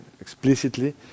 explicitly